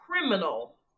criminal